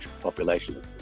population